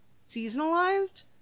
seasonalized